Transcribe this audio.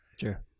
Sure